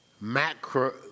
macro